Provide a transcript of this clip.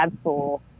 school